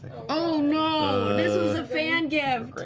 oh no, this was a fan gift.